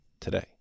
today